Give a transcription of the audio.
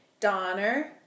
Donner